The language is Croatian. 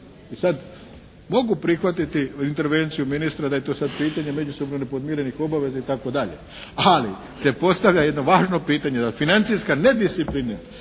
I sad mogu prihvatiti intervenciju ministra da je to sad pitanje međusobno nepodmirenih obaveza itd., ali se postavlja jedno važno pitanje da financijska nedisciplina